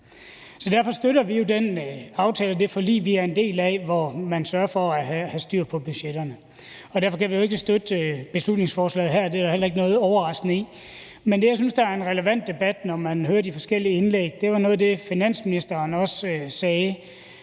det forlig, vi er en del af, hvor man sørger for at have styr på budgetterne. Derfor kan vi jo ikke støtte beslutningsforslaget her, og det er der heller ikke noget overraskende i. Men det, jeg synes er en relevant debat, når man hører de forskellige indlæg, er noget af det, finansministeren også sagde,